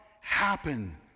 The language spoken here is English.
happen